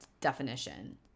definition